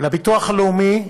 לביטוח הלאומי,